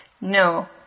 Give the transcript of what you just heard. No